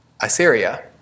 Assyria